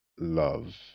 love